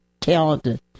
talented